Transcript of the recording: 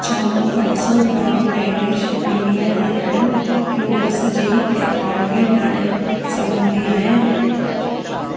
छा मां पंज सौ gram Danish premium mutton cubes जी एम आर पी ॼाणे सघंदी आहियां